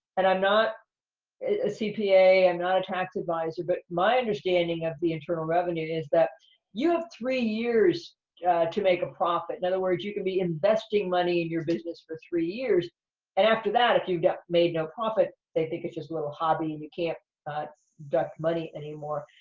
and i'm not a cpa, i'm not a tax advisor, but my understanding of the internal revenue is that you have three years to make a profit. in other words, you can be investing money in your business for three years, and after that, if you've made no profit, they think it's just a little hobby, and you can't deduct money anymore.